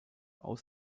aus